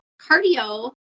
cardio